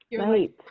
Right